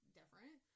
different